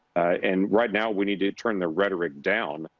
and right now, we need to turn the rhetoric down,